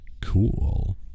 Cool